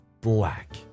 black